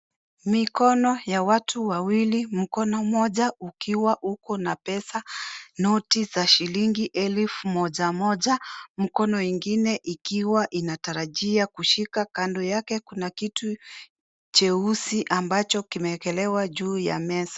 Mikono ya watu wawili. Mkono moja ukiwa uko na pesa, noti za shilingi elfu moja moja. Mkono ingine ikiwa inatarajia kushika. Kando yake, kuna kitu cheusi ambacho kimewekelewa juu ya meza.